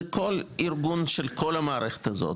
זה ארגון של כל המערכת הזאת.